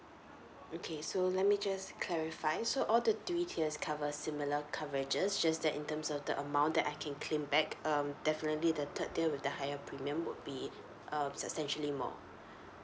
okay so let me just clarifies so all the three tiers cover similar coverages just that in terms of the amount that I can claim back um definitely the third tier with the higher premium would be um substantially more